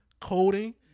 Coding